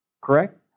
correct